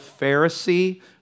Pharisee